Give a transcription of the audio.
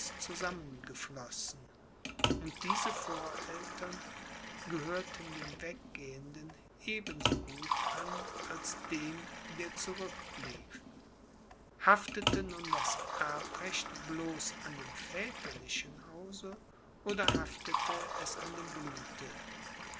zusammengeflossen und diese voreltern gehörten dem weggehenden eben so gut an als dem der zurückblieb haftete nun das erbrecht bloß an dem väterlichen hause oder haftete es an dem blute